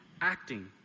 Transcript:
acting